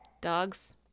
dogs